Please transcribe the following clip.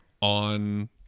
on